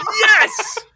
Yes